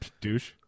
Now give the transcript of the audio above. Douche